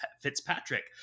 Fitzpatrick